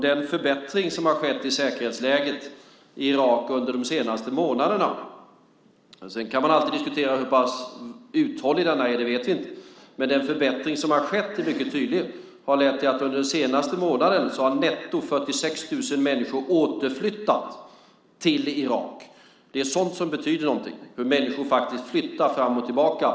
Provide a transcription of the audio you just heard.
Den förbättring som har skett av säkerhetsläget i Irak under de senaste månaderna är mycket tydlig. Sedan kan man alltid diskutera hur pass uthållig den är; det vet vi inte. Men den har lett till att netto 46 000 människor under den senaste månaden har återflyttat till Irak. Det är sådant som betyder någonting, hur människor faktiskt flyttar fram och tillbaka.